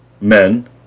men